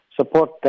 support